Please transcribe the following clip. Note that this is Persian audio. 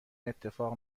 اتفاق